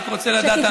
לא.